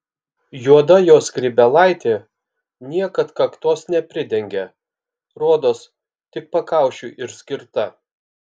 juoda jo skrybėlaitė niekad kaktos nepridengia rodos tik pakaušiui ir skirta